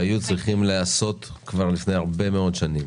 שהיו צריכים להיעשות כבר לפני הרבה מאוד שנים.